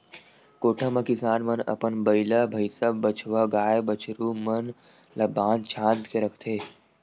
कोठा म किसान मन अपन बइला, भइसा, बछवा, गाय, बछरू मन ल बांध छांद के रखथे